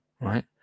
right